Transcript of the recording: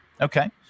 Okay